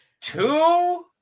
two